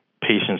patients